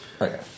Okay